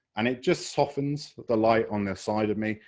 and it just softens but the light on the side of me,